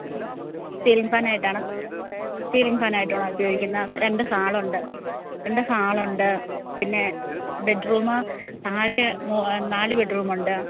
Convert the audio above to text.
ഉം സീലിംഗ് ഫാനായിട്ടാണ് സീലിംഗ് ഫാനയിട്ടാണ് ഉപയോഗിക്കുന്നത് രണ്ട് ഹാളൊണ്ട് രണ്ട് ഹാളൊണ്ട് പിന്നെ ബെഡ്റൂമ് താഴെ മൂന്ന് നാല് ബെഡ്റൂമൊണ്ട്